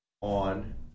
on